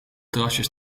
terrasjes